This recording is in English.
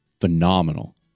phenomenal